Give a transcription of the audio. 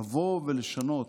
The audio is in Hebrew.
לבוא ולשנות